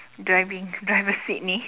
driving driver seat ini